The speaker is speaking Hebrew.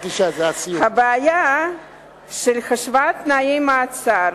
הבעיה של השוואת תנאי המעצר